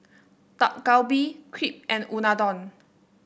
Dak Galbi Crepe and Unadon